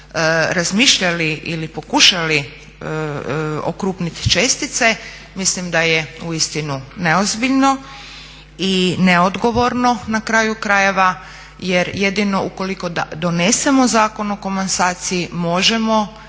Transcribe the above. razmišljali ili pokušali okrupnit čestice mislim da je uistinu neozbiljno i neodgovorno na kraju krajeva. Jer jedino ukoliko donesemo Zakon o komasaciji možemo imati